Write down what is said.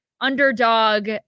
underdog